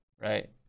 Right